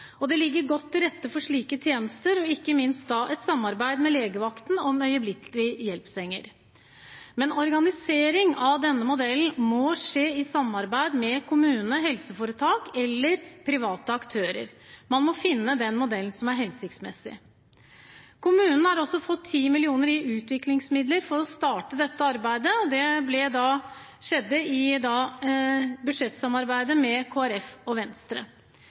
Det ligger godt til rette for slike tjenester, ikke minst gjennom et samarbeid med legevakten om øyeblikkelig hjelp-senger, men organisering av denne modellen må skje i samarbeid med kommune, helseforetak eller private aktører. Man må finne den modellen som er hensiktsmessig. Kommunene har også fått 10 mill. kr i utviklingsmidler for å starte dette arbeidet, det skjedde i budsjettsamarbeidet med Kristelig Folkeparti og Venstre.